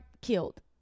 killed